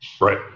Right